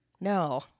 No